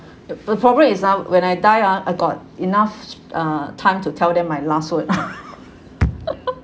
the problem is ah when I die ah I got enough uh time to tell them my last word